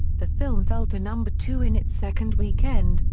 the film fell to number two in its second weekend,